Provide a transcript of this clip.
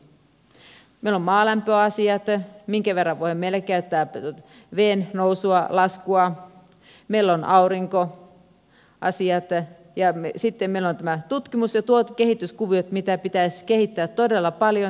meillä ovat maalämpöasiat ja minkä verran voidaan meillä käyttää veden nousua laskua meillä on aurinkoasiat ja sitten meillä on nämä tutkimus ja tuotekehityskuviot mitä pitäisi kehittää todella paljon tehdä yhteistyötä